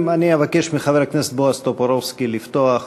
אני אבקש מחבר הכנסת בועז טופורובסקי לפתוח.